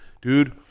Dude